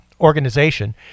organization